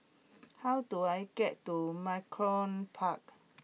how do I get to Malcolm Park